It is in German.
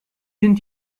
sind